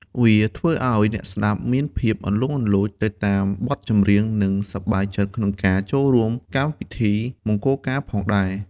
វាធ្វើឱ្យអ្នកស្តាប់មានភាពអន្លន់អន្លូចទៅតាមបទចម្រៀងនិងសប្បាយចិត្តក្នុងការចូលរួមកម្មពិធីមង្គលការផងដែរ។